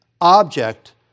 object